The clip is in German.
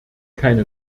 keine